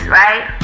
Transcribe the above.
right